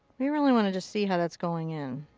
we really wanna just see how that's going in.